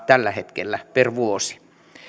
tällä hetkellä per vuosi